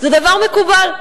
זה דבר מקובל,